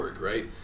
right